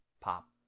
pop